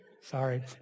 Sorry